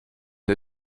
der